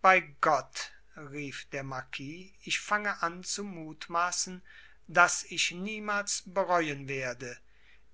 bei gott rief der marquis ich fange an zu mutmaßen daß ich niemals bereuen werde